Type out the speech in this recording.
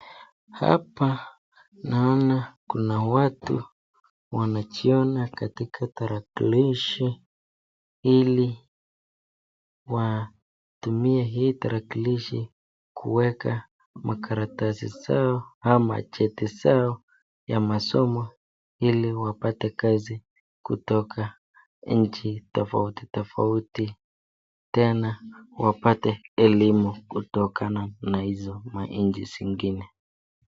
Hapa naona kuna watu wanajiona katika tarakilishi ili watumie hii tarakilishi kuweka makarasi zao ama cheti zao ya masomo ili wapate kazi kutoka nchi tofauti tofauti. Tena wapate elimu tutokana na hizo manchi zingine.